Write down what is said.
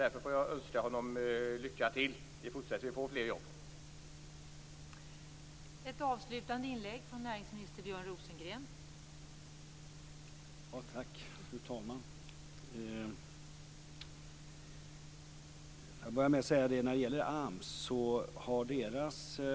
Därför får jag, som sagt, önska ministern lycka till i fortsättningen när det gäller att få fler jobb.